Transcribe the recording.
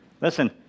Listen